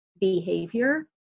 behavior